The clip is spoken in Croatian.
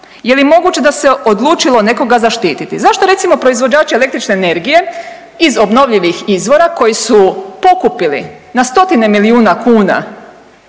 Je li moguće da se odlučilo nekoga zaštititi? Zašto recimo proizvođači električne energije iz obnovljivih izvora koji su pokupili na stotine milijuna kuna